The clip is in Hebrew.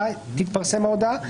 ארבעה ימים מההגשה תתפרסם ההודעה.